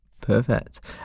perfect